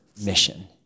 mission